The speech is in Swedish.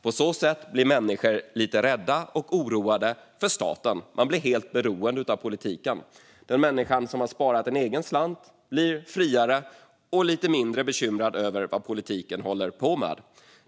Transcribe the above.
På så sätt blir människor lite rädda och oroade för staten. Man blir helt beroende av politiken. Den människa som har sparat en egen slant blir friare och lite mindre bekymrad över vad politiken håller på med.